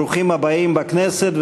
ברוכים הבאים לכנסת,